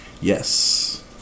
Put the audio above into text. Yes